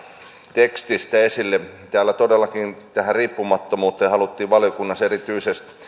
tekstistä esille täällä todellakin riippumattomuuteen haluttiin valiokunnassa erityisesti